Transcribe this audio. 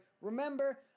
remember